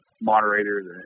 moderators